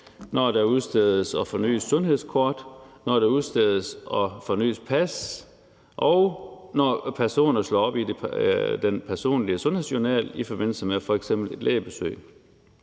når der udstedes og fornyes sundhedskort, når der udstedes og fornyes pas, og når personer slår op i den personlige sundhedsjournal i forbindelse med eksempelvis et lægebesøg.